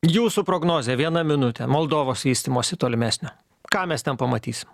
jūsų prognozė vieną minutę moldovos vystymosi tolimesnio ką mes ten pamatysim